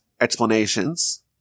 explanations